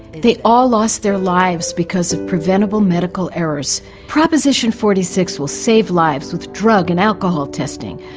they all lost their lives because of preventable medical errors. proposition forty six will save lives with drug and alcohol testing.